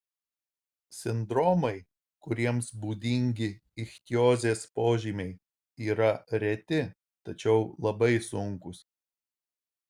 sindromai kuriems būdingi ichtiozės požymiai yra reti tačiau labai sunkūs